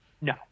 No